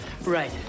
Right